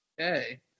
Okay